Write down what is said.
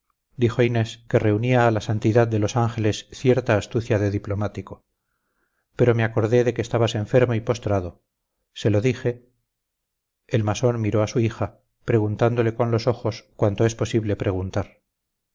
inés que reunía a la santidad de los ángeles cierta astucia de diplomático pero me acordé de que estabas enfermo y postrado se lo dije el masón miró a su hija preguntándole con los ojos cuanto es posible preguntar